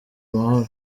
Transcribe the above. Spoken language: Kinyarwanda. amahoro